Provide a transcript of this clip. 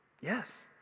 Yes